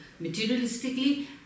materialistically